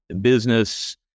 business